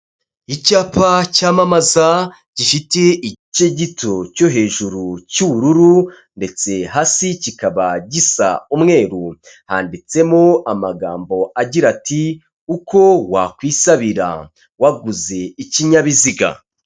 Icyapa cyamamaza gifite igice gito cyo hejuru cy'ubururu ndetse hasi kikaba gisa umweru, handitsemo amagambo agira ati uko wakwisabira waguze ikinyabiziga.